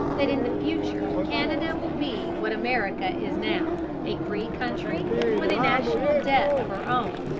that in the future canada will be what america is now, a free country with a national debt of her own,